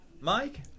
Mike